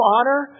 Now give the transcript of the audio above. Honor